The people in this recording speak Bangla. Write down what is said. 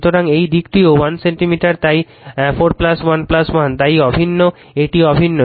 সুতরাং এই দিকটিও 1 সেন্টিমিটার তাই 4 1 1 তাই অভিন্ন এটি অভিন্ন